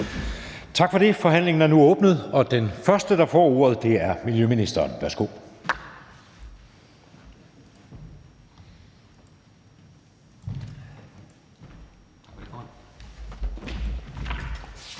Tak for det. Forhandlingen er nu åbnet, og den første, der får ordet, er miljøministeren. Værsgo. Kl.